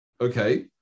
Okay